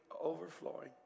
overflowing